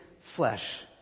flesh